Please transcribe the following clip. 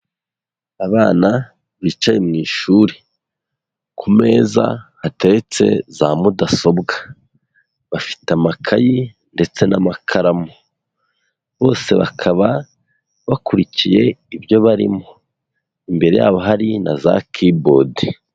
Abana bicaye mu ishuri, ku meza hateretse za mudasobwa, bafite amakayi ndetse n'amakaramu, bose bakaba bakurikiye ibyo barimo, imbere yabo hari na za kibodi.